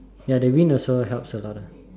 ya the wind also helps a lot